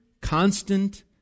constant